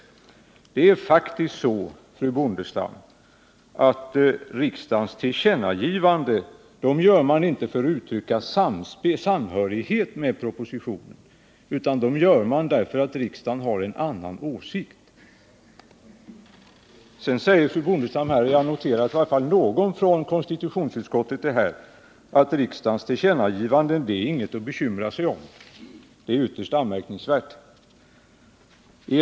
Men det är faktiskt så, Anitha Bondestam, att riksdagens tillkännagivanden inte är uttryck för samhörighet med propositionen utan de är uttryck för att riksdagen har en annan åsikt. Sedan säger fru Bondestam —- jag noterar att i varje fall någon från konstitutionsutskottet är här — att riksdagens tillkännagivanden inte är något att bekymra sig om. Det är ett ytterst anmärkningsvärt påstående.